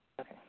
Okay